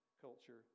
culture